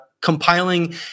compiling